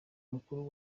mukuru